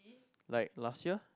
like last year